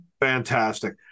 fantastic